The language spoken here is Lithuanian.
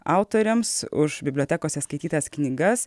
autoriams už bibliotekose skaitytas knygas